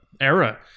era